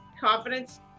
Confidence